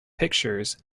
pictures